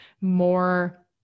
more